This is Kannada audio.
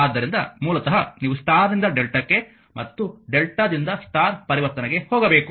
ಆದ್ದರಿಂದ ಮೂಲತಃ ನೀವು ಸ್ಟಾರ್ ನಿಂದ ಡೆಲ್ಟಾಕ್ಕೆ ಮತ್ತು ಡೆಲ್ಟಾದಿಂದ ಸ್ಟಾರ್ ಪರಿವರ್ತನೆಗೆ ಹೋಗಬೇಕು